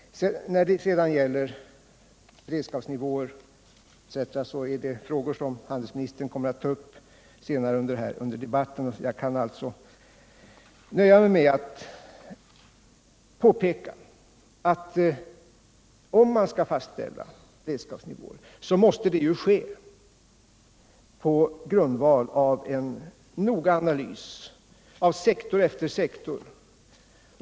Frågor om beredskapsnivåer etc. kommer handelsministern att ta upp senare under debatten. Jag kan alltså nöja mig med att påpeka att om man skall fastställa beredskapsnivåer måste det ske på grundval av en noggrann analys av sektor efter sektor.